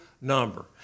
number